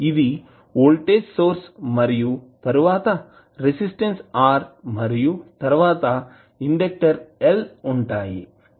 ఇది voltage source మరియు resistance R మరియు ఇండక్టర్ L కలిగి ఉంటాయి